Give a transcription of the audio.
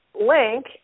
link